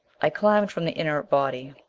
i climbed from the inert body.